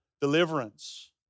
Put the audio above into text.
deliverance